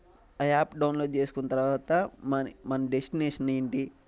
ఆ app download చేసుకున్న తర్వాత మన మన డెస్టినేషన్ ఏమిటి